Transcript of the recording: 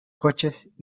coches